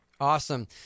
Awesome